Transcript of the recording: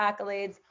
accolades